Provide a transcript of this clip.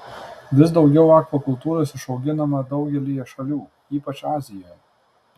vis daugiau akvakultūros išauginama daugelyje šalių ypač azijoje